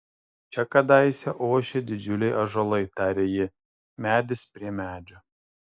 čia kadaise ošė didžiuliai ąžuolai tarė ji medis prie medžio